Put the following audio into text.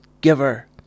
giver